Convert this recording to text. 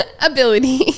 ability